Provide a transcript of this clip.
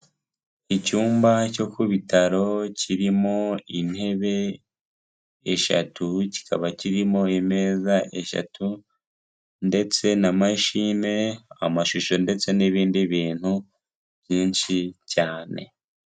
Icyumba cyo ku bitaro kirimo intebe eshatu, kikaba kirimo imeza eshatu, ndetse na mashine, amashusho ndetse n'ibindi bintu byinshi cyane.